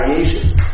variations